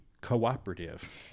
cooperative